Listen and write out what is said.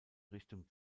richtung